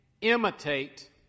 Imitate